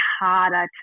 harder